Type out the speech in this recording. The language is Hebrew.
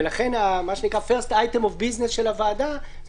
ולכן מה שנקרא ה-first item of business של הוועדה זה